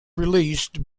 released